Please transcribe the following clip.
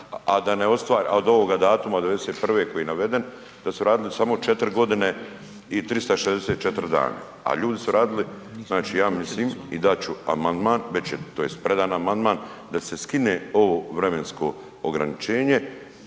a da ostvare, od ovoga datuma od '91. koji je naveden, da su radili samo 4 godine 364 dana. A ljudi su radili i ja mislim i dat ću amandman, tj. već je predan amandman, da se skine ovo vremensko ograničenje.